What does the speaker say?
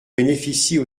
bénéficient